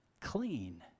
clean